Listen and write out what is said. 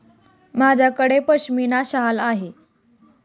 माझ्याकडे पश्मीना शाल आहे